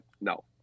No